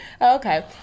Okay